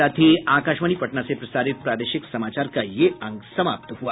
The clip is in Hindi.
इसके साथ ही आकाशवाणी पटना से प्रसारित प्रादेशिक समाचार का ये अंक समाप्त हुआ